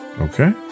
Okay